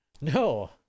No